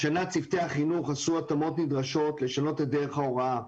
השנה צוותי החינוך עשו התאמות נדרשות לשנות את דרך ההוראה,